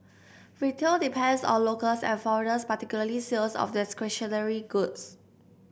retail depends on locals and foreigners particularly sales of discretionary goods